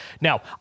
Now